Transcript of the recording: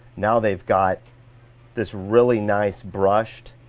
now they've got this really nice brushed,